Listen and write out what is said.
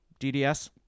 DDS